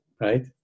Right